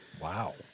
Wow